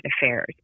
affairs